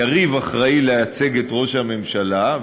יריב אחראי לייצג את ראש הממשלה,